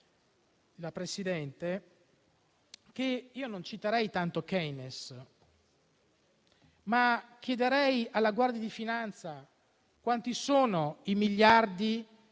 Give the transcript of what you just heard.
presente. Non citerei tanto Keynes, ma chiederei alla Guardia di finanza quanti sono i miliardi